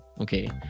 okay